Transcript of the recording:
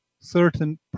certain